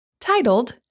titled